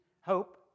hope